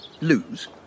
Lose